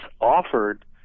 offered –